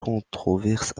controverse